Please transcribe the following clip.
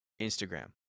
Instagram